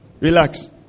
Relax